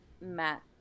Matt